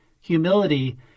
Humility